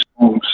songs